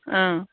ओह